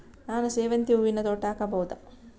ನಾನು ಸೇವಂತಿ ಹೂವಿನ ತೋಟ ಹಾಕಬಹುದಾ?